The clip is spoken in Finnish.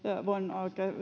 voin